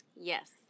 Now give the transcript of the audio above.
Yes